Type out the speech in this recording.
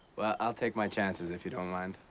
well, i'll take my chances if you don't mind.